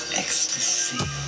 ecstasy